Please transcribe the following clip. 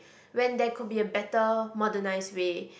when there could be a better modernized way